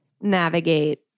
navigate